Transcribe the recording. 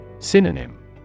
Synonym